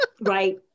right